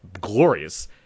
glorious